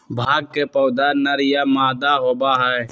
भांग के पौधा या नर या मादा होबा हई